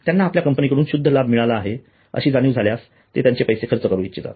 त्यांना आपल्या कंपनीकडून शुद्ध लाभ मिळाला आहे अशी जाणीव झाल्यास ते त्यांचे पैसे खर्च करू इच्छितात